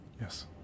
Yes